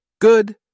Good